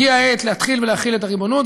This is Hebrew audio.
הגיעה העת להתחיל ולהחיל את הריבונות.